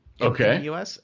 Okay